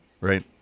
right